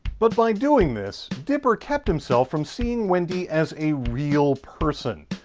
but by doing this, dipper kept himself from seeing wendy as a real person.